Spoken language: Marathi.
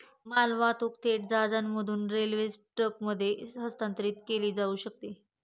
मालवाहतूक थेट जहाजातून रेल्वे ट्रकमध्ये हस्तांतरित केली जाऊ शकते